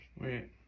Wait